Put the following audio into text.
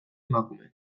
emakumeek